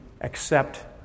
accept